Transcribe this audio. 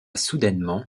soudainement